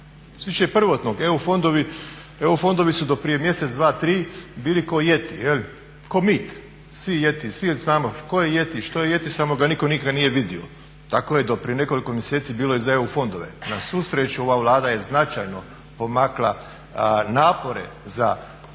tiče prvotnog, EU fondovi su do prije mjesec, dva, tri bili ko Jeti, ko mit. Svi znamo tko je Jeti, što je Jeti, samo ga nitko nikad nije vidio. Tako je do prije nekoliko mjeseci bilo i za EU fondove. Na svu sreću ova Vlada je značajno pomakla napore za